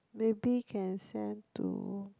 maybe can send to